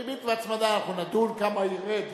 ריבית והצמדה, אנחנו נדון כמה ירד.